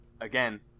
again